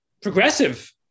progressive